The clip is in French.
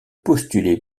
postuler